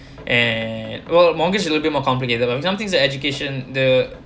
and well mortgage it'll be more complicated and somethings as the education